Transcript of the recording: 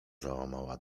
załamała